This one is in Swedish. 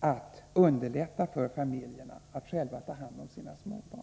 att underlätta för barnfamiljerna att själva ta hand om sina småbarn.